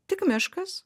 tik miškas